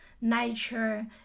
nature